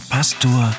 Pastor